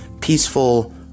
peaceful